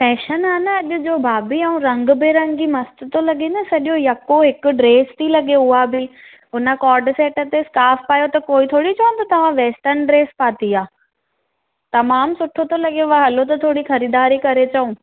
fashion आहे न अॼु जो भाभी ऐं रंगुबिरंगी मस्त थो लॻे न सॼो यको हिकु ड्रेस थी लॻे उहा बि उन कॉर्ड सेट ते स्कार्फ पायो न त कोई थोरी चवंदो तव्हां वेस्टर्न ड्रेस पाती आहे जामु सुठो थो लॻेव हलो त थोरी ख़रीदारी करे अचूं